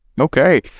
Okay